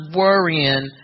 worrying